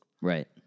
right